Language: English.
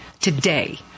today